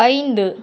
ஐந்து